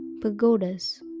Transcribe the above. pagodas